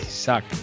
Suck